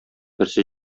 берсе